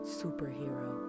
superhero